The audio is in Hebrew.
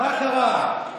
מה קרה?